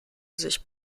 sich